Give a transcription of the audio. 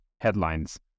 headlines